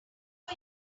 are